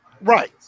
Right